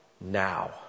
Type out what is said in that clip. now